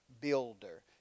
builder